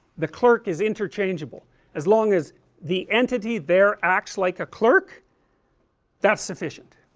the clerk is interchangeable as long as the entity there acts like a clerk that's sufficient